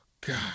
God